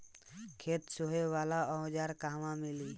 खेत सोहे वाला औज़ार कहवा मिली?